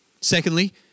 Secondly